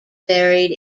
buried